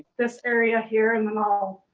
this area here. and then i'll,